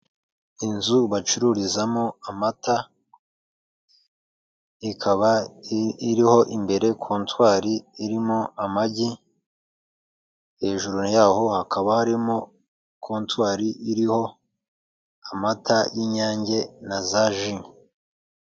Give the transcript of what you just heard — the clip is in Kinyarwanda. Inzu bacururizamo amata ikaba iriho imbere kontwari irimo amagi, hejuru yaho hakaba harimo kontwari iriho amata y'inyange na za ji.